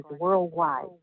worldwide